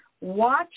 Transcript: Watch